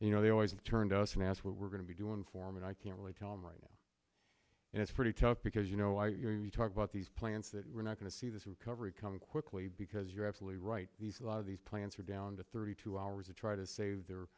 you know they always turned us in as we were going to be doing for him and i can't really tell him right now and it's pretty tough because you know i hear you talk about these plans that we're not going to see this recovery come quickly because you're absolutely right the flood of these plants are down to thirty two hours to try to save their